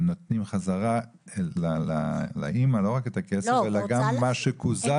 הם נותנים חזרה לאימא לא רק את הכסף אלא גם מה שקוזז